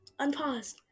unpaused